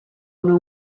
una